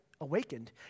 awakened